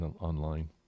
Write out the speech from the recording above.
online